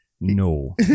No